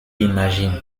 imagine